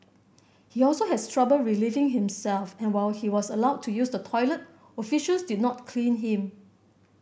he also has trouble relieving himself and while he was allowed to use the toilet officers did not clean him